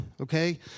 Okay